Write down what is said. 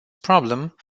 problem